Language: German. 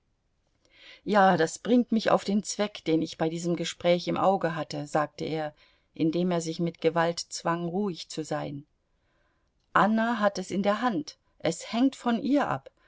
ja das bringt mich auf den zweck den ich bei diesem gespräch im auge hatte sagte er indem er sich mit gewalt zwang ruhig zu sein anna hat es in der hand es hängt von ihr ab